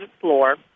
floor